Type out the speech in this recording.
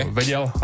vedel